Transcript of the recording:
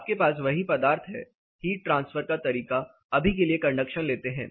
आपके पास वही पदार्थ है हीट ट्रांसफर का तरीका अभी के लिए कंडक्शन लेते है